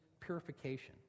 purification